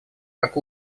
как